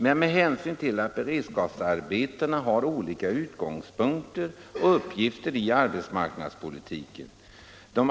Men man måste ta hänsyn till att beredskapsarbetena har olika uppgifter i arbetsmarknadspolitiken.